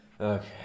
Okay